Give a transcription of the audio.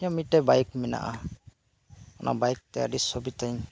ᱤᱧᱟᱹᱜ ᱢᱤᱫ ᱴᱮᱡ ᱵᱟᱭᱤᱠ ᱢᱮᱱᱟᱜ ᱟ ᱚᱱᱟ ᱵᱟᱭᱤᱠ ᱛᱮ ᱟᱹᱰᱤ ᱥᱩᱵᱤᱛᱟᱹᱧ